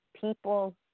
People